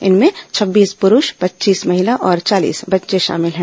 इनमें छब्बीस पुरूष पच्चीस महिला और चालीस बच्चे शामिल हैं